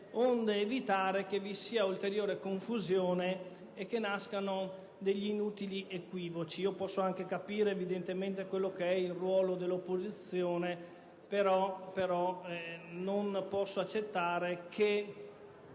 onde evitare che vi sia ulteriore confusione e che nascano inutili equivoci. Posso anche capire evidentemente il ruolo dell'opposizione, però, non posso accettare che